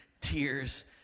tears